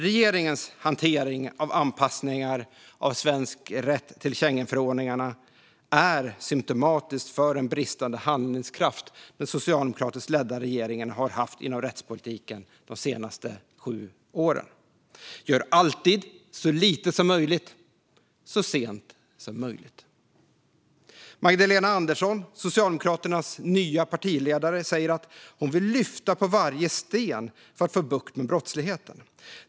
Regeringens hantering av anpassningar av svensk rätt till Schengenförordningarna är symtomatisk för den bristande handlingskraft som den socialdemokratiskt ledda regeringen har haft inom rättspolitiken de senaste sju åren: gör alltid så lite som möjligt, så sent som möjligt. Magdalena Andersson, Socialdemokraternas nya partiledare, säger att hon vill lyfta på varje sten för att få bukt med brottsligheten.